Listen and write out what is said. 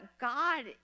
God